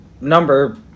number